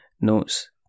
notes